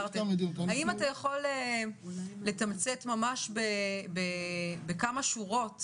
האם אתה יכול לתמצת בכמה שורות